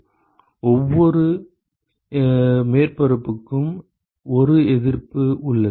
எனவே ஒவ்வொரு மேற்பரப்பிற்கும் 1 எதிர்ப்பு உள்ளது